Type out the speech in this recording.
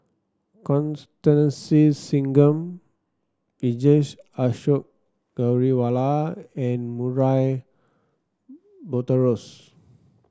Constance Singam Vijesh Ashok Ghariwala and Murray Buttrose